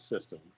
system